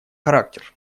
характер